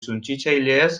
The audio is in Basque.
suntsitzaileez